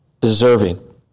deserving